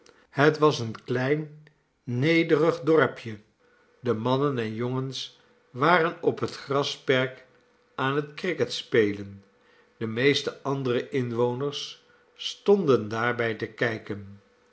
het was een klein nederig dorpje de mannen en jongens waren op het grasperk aan het cricket spelen de meeste andere inwoners stonuen daarhij s icijken